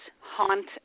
haunt